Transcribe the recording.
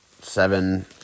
seven